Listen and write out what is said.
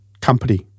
company